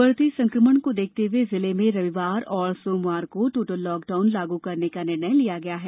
बढ़ते संकमण को देखते हुए जिले में रविवार और सोमवार को टोटल लॉकडाउन लागू करने का निर्णय लिया गया है